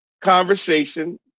conversation